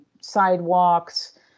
sidewalks